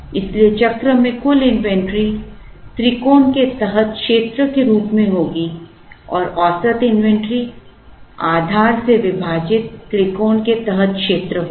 इसलिए चक्र में कुल इन्वेंट्री त्रिकोण के तहत क्षेत्र के रूप में होगी और औसत इन्वेंट्री आधार से विभाजित त्रिकोण के तहत क्षेत्र होगी